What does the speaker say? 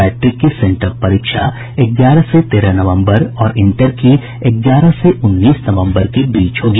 matric की sent up परीक्षा ग्यारह से तेरह नवम्बर और इंटर की ग्यारह से उन्नीस नवम्बर के बीच होगी